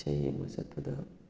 ꯏꯁꯩ ꯌꯦꯡꯕ ꯆꯠꯄꯗ